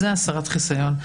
זה הסרת חיסיון.